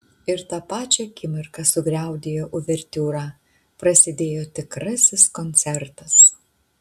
ir tą pačią akimirką sugriaudėjo uvertiūra prasidėjo tikrasis koncertas